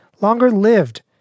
longer-lived